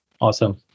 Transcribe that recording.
Awesome